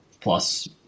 plus